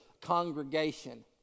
congregation